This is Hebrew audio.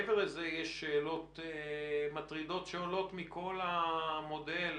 מעבר לזה יש שאלות מטרידות שעולות מכול המודל,